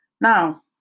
Now